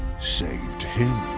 saved him.